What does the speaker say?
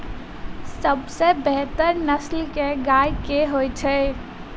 सबसँ बेहतर नस्ल केँ गाय केँ होइ छै?